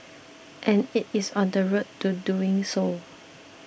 and it is on the road to doing so